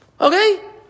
okay